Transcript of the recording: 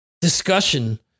discussion